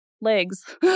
legs